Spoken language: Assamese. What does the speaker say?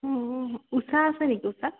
উষা আছে নেকি উষা